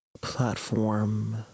platform